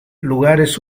lugares